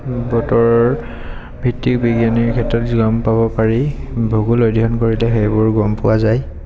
বতৰৰ ভিত্তি বিজ্ঞানীৰ ক্ষেত্ৰত গম পাব পাৰি ভূগোল অধ্যয়ন কৰিলে সেইবোৰ গম পোৱা যায়